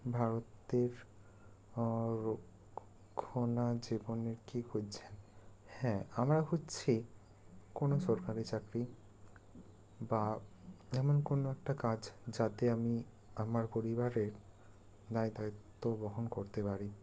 ভারতের জীবনের কী খুঁজছেন হ্যাঁ আমরা খুঁজছি কোনও সরকারি চাকরি বা এমন কোনও একটা কাজ যাতে আমি আমার পরিবারের দায় দায়িত্ব বহন করতে পারি